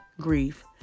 grief